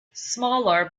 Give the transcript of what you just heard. smaller